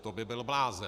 To by byl blázen.